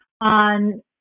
on